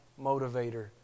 motivator